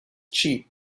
cheap